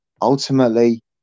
Ultimately